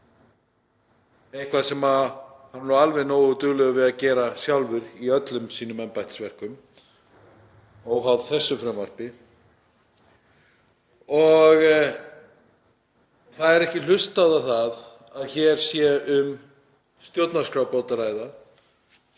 eitthvað sem hann er alveg nógu duglegur við að gera sjálfur í öllum sínum embættisverkum óháð þessu frumvarpi. Það er ekki hlustað á það að hér sé um stjórnarskrárbrot að ræða,